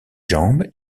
jambes